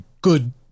good